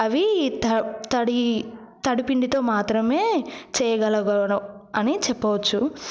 అవి త తడి తడి పిండితో మాత్రమే చేయగలగడం అని చెప్పవచ్చు